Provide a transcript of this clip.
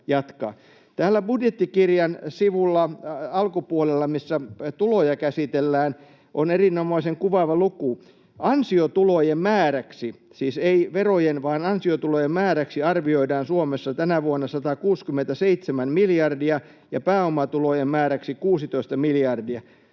Täällä budjettikirjan alkupuolella, missä tuloja käsitellään, on erinomaisen kuvaava luku. Ansiotulojen määräksi, siis ei verojen vaan ansiotulojen määräksi, arvioidaan Suomessa tänä vuonna 167 miljardia ja pääomatulojen määräksi 16 miljardia.